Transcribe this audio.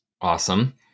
Awesome